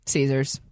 Caesars